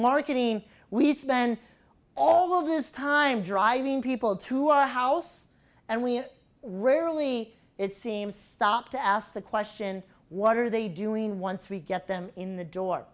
marketing we spend all of this time driving people to our house and we rarely it seems stop to ask the question what are they doing once we get them in the door